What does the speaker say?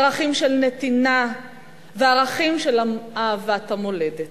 ערכים של נתינה וערכים של אהבת המולדת,